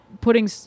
putting